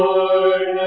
Lord